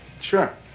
Sure